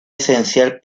esencial